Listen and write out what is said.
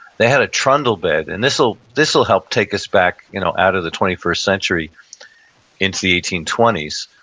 they had a trundle bed, and this will help will help take us back you know out of the twenty first century into the eighteen twenty s.